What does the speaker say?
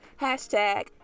hashtag